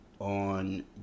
on